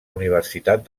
universitat